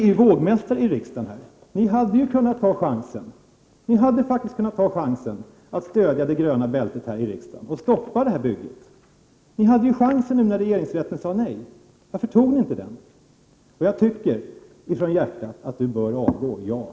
25 Socialdemokraterna är vågmästare i riksdagen. Ni hade kunnat ta chansen att stödja det gröna bältet här i riksdagen och stoppa motorvägsbygget. Varför tog ni inte chansen nu när regeringsrätten sade nej? Från hjärtat tycker jag att Georg Andersson bör avgå som kommunikationsminister.